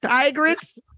tigress